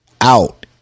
Out